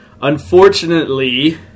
Unfortunately